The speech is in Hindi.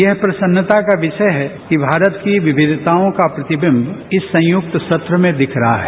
यह प्रसन्नता का विषय है कि भारत की विविधताओं का प्रतिबिंब इस संयुक्त सत्र में दिख रहा है